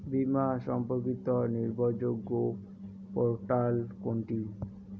বীমা সম্পর্কিত নির্ভরযোগ্য পোর্টাল কোনটি?